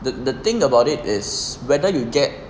the the thing about it is whether you get